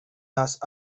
las